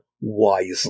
wisely